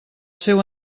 seu